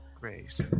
Grace